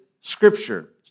scripture